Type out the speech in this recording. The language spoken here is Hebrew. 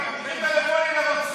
מבריחים טלפונים לבתי כלא.